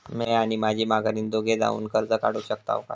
म्या आणि माझी माघारीन दोघे जावून कर्ज काढू शकताव काय?